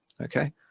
okay